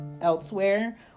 elsewhere